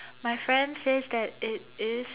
my friend says that it is